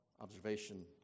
observation